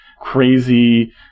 crazy